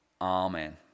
Amen